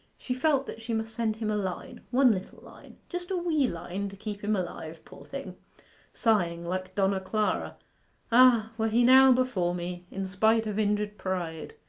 she felt that she must send him a line one little line just a wee line to keep him alive, poor thing sighing like donna clara ah, were he now before me, in spite of injured pride,